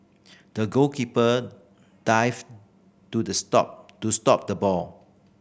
the goalkeeper dived to the stop to stop the ball